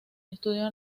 estudió